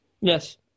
Yes